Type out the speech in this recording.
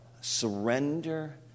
surrender